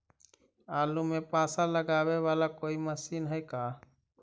आलू मे पासा लगाबे बाला कोइ मशीन है का?